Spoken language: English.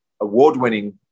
award-winning